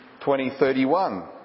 2031